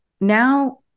now